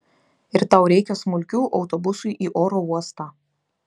ir tau reikia smulkių autobusui į oro uostą